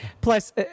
Plus